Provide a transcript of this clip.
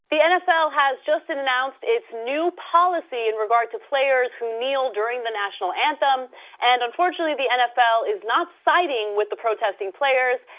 the nfl has just and announced its new policy in regard to players who kneel during the national anthem and unfortunately, the nfl is not siding with the protesting players,